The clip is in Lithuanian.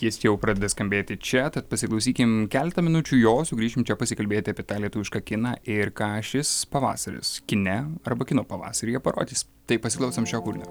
jis jau pradeda skambėti čia tad pasiklausykim keletą minučių jo sugrįšim čia pasikalbėti apie tą lietuvišką kiną ir ką šis pavasaris kine arba kino pavasaryje parodys tai pasiklausom šio kūrinio